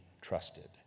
trusted